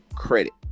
Credit